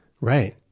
Right